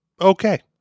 okay